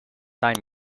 time